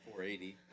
480